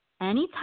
anytime